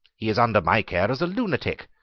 he is under my care as a lunatic.